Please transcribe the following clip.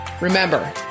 Remember